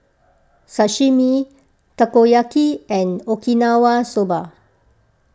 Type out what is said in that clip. Sashimi Takoyaki and Okinawa Soba